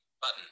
Button